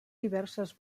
diverses